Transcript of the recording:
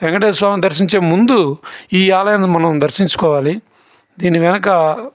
వెంకటేశ్వర స్వామిని దర్శించే ముందు ఈ ఆలయాన్ని మనం దర్శించుకోవాలి దీని వెనక